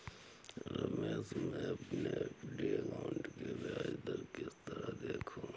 रमेश मैं अपने FD account की ब्याज दर किस तरह देखूं?